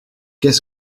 qu’est